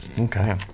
Okay